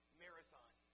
marathon